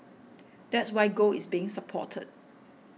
that's why gold is being supported